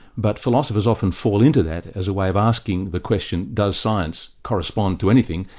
but philosophers often fall into that as a way of asking the question, does science correspond to anything?